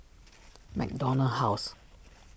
MacDonald House